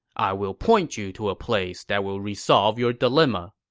i will point you to a place that will resolve your dilemma.